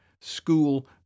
school